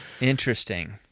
Interesting